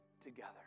together